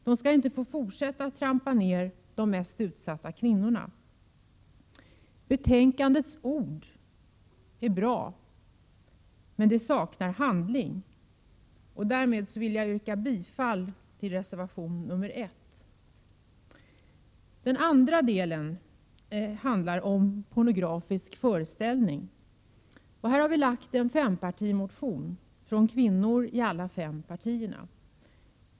De skall inte få fortsätta att trampa ner de mest utsatta kvinnorna. Betänkandets ord är bra. Men det saknar handling. Därmed yrkar jag bifall till reservation 1. Den andra delen handlar om pornografisk föreställning. Här har vi lagt en fempartimotion, från kvinnor i alla fem partierna.